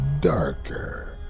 darker